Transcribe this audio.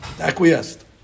acquiesced